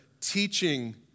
teaching